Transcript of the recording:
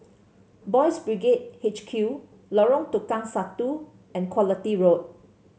Boys' Brigade H Q Lorong Tukang Satu and Quality Road